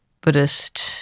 Buddhist